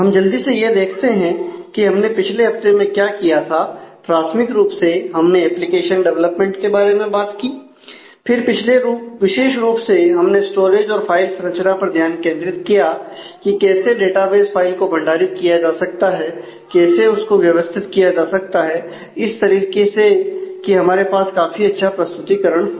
हम जल्दी से यह देखते हैं कि हमने पिछले हफ्ते में क्या किया था प्राथमिक रूप से हमने एप्लीकेशन डेवलपमेंट के बारे में बात की फिर विशेष रूप से हमने स्टोरेज और फाइल संरचना पर ध्यान केंद्रित किया कि कैसे डेटाबेस फाइल को भंडारित किया जा सकता है कैसे उसको व्यवस्थित किया जा सकता है इस तरीके से कि हमारे पास काफी अच्छा प्रस्तुतीकरण हो